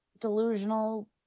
delusional